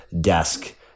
desk